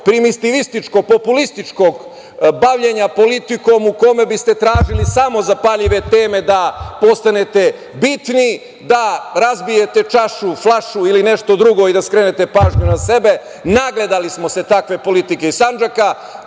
primitivističkog, populističkog bavljenja politikom u kome biste tražili samo zapaljive teme da postanete bitni, da razbijete čašu, flašu ili nešto drugo i da skrenete pažnju na sebe. Nagledali smo se takve politike i Sandžaka,